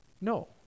No